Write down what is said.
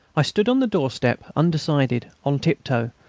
i stood on the doorstep, undecided, on tip-toe,